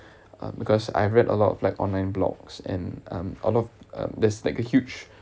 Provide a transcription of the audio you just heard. uh because I read a lot of like online blogs and um a lot of um there’s like a huge